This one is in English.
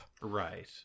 Right